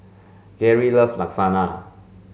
Gary loves Lasagna